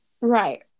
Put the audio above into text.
Right